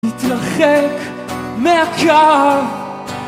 נתרחק מהקו